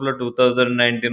2019